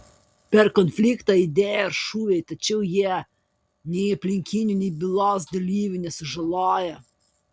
per konfliktą aidėjo ir šūviai tačiau jie nei aplinkinių nei bylos dalyvių nesužalojo